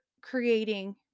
creating